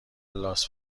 لاس